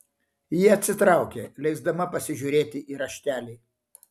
ji atsitraukė leisdama pasižiūrėti į raštelį